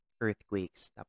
earthquakes